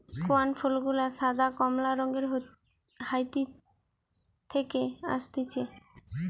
স্কেয়ান ফুল গুলা সাদা, কমলা রঙের হাইতি থেকে অসতিছে